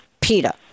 PETA